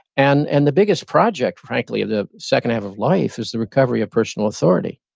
and and the biggest project, frankly, the second half of life is the recovery of personal authority.